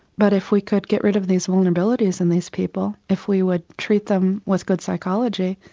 but if we could get rid of these vulnerabilities in these people, if we would treat them with good psychology.